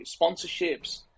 sponsorships